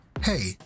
hey